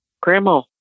grandma